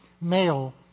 male